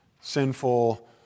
sinful